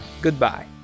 Goodbye